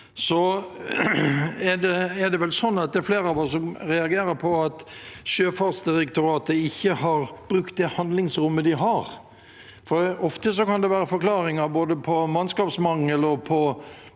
Så er det vel flere av oss som reagerer på at Sjøfartsdirektoratet ikke har brukt det handlingsrommet de har. Ofte kan det være forklaringer, både mannskapsmangel,